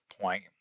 point